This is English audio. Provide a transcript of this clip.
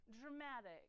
dramatic